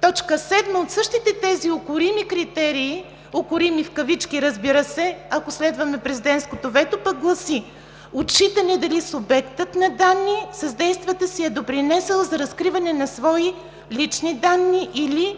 Точка 7 от същите тези укорими критерии, укорими в кавички, разбира се, ако следваме президентското вето, пък гласи: „Отчитане дали субектът на данни с действията си е допринесъл за разкриване на свои лични данни или